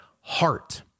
heart